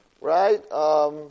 right